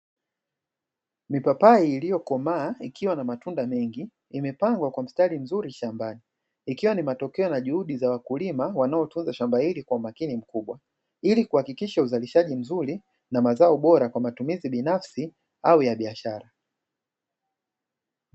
Mipapayi iliyo komaa ikiwa na matunda mengi, imepangwa kwa mstari mzuri shambani. Ikiwa ni matokeo na juhudi za wakulima wanaotunza shamba hili kwa umakini mkubwa, ili kuhakikisha uzalishaji mzuri na mazao bora kwa matumizi binafsi au ya biashara.